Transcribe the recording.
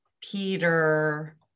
Peter